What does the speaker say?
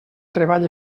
treball